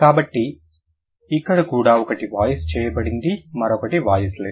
కాబట్టి ఇక్కడ కూడా ఒకటి వాయిస్ చేయబడింది మరొకటి వాయిస్లెస్